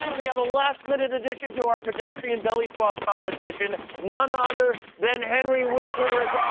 we have a last minute addition to our pedestrian belly flop competition none other than henry winkler